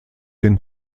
den